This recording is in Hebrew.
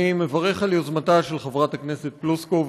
אני מברך על יוזמתה של חברת הכנסת פלוסקוב,